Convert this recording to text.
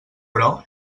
però